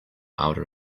outer